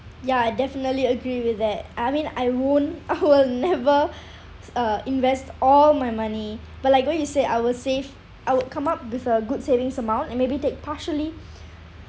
ya I definitely agree with that I mean I won't I will never uh invest all my money but like what you said I will save I would come up with a good savings amount and maybe take partially